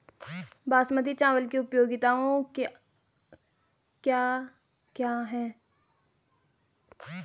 बासमती चावल की उपयोगिताओं क्या क्या हैं?